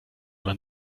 man